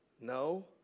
No